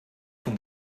ton